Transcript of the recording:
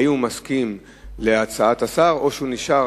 האם הוא מסכים להצעת השר או שהוא נשאר